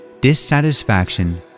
dissatisfaction